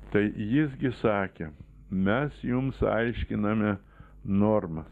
tai jis gi sakė mes jums aiškiname normas